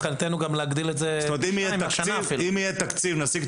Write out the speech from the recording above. ודאי, מבחינתנו להגדיל את זה- -- אם נשיג תקציב.